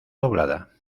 doblada